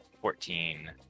Fourteen